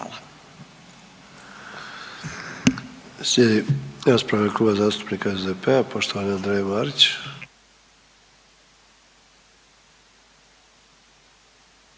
Hvala.